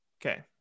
Okay